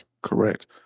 Correct